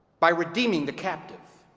by redeeming the captive.